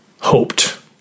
hoped